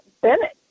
Bennett